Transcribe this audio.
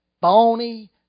bony